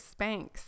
Spanx